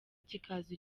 kikaza